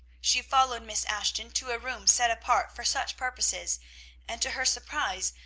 she followed miss ashton to a room set apart for such purposes and, to her surprise,